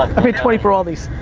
i paid twenty for all these,